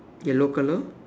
yellow color